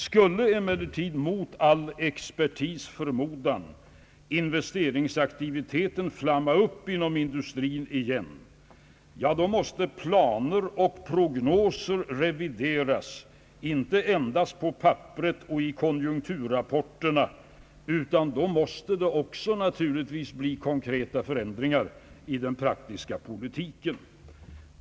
Skulle emellertid mot all expertis” förmodan investeringsaktiviteten flamma upp inom industrin igen, ja då måste planer och prognoser revideras inte endast på papperet och i konjunkturrapporterna, utan då måste det naturligtvis också bli konkreta förändringar i den praktiska politiken.